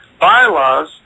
bylaws